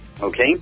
okay